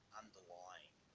underlying